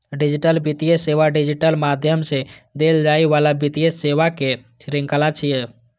digital वित्तीय सेवा digital माध्यम सं देल जाइ बला वित्तीय सेवाक शृंखला छियै